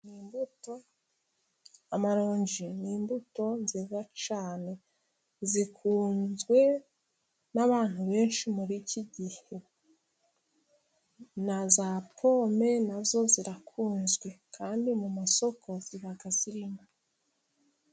Imbuto z'amarongi ni imbuto nziza cyane zikunzwe n'abantu benshi muri iki gihe na za pome nazo zirakunzwe kandi ku masoko ziba zirimo.